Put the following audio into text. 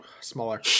Smaller